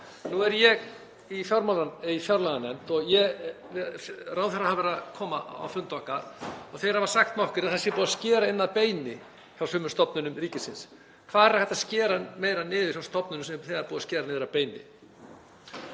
Nú er ég í fjárlaganefnd og ráðherrar hafa verið að koma á fund okkar og þeir hafa sagt nokkrir að það sé búið að skera inn að beini hjá sumum stofnunum ríkisins. Hvar er hægt að skera meira niður hjá stofnunum sem er þegar búið að skera niður að beini?